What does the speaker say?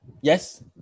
Yes